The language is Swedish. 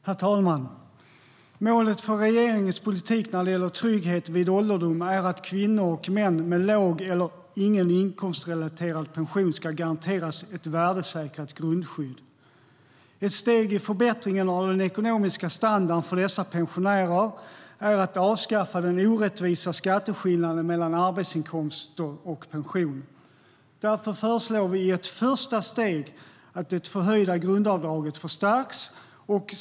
Herr talman! Målet för regeringens politik när det gäller trygghet vid ålderdom är att kvinnor och män med låg eller ingen inkomstrelaterad pension ska garanteras ett värdesäkrat grundskydd. Ett steg i förbättringen av den ekonomiska standarden för dessa pensionärer är att avskaffa den orättvisa skatteskillnaden mellan arbetsinkomster och pension. Därför föreslår vi i ett första steg att det förhöjda grundavdraget förstärks.